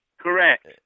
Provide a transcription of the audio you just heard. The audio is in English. Correct